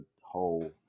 whole